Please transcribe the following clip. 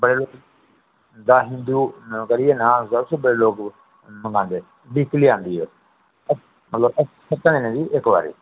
पर दा हिंदू करियै नां उसदा उसी बडे़ लोक मंगांदे न वीकली औंदी ओह् मतलब सत्तें दिने दी इक बारी